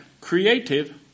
creative